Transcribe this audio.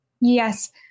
Yes